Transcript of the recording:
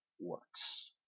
works